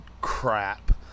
crap